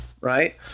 right